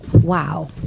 Wow